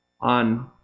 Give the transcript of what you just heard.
on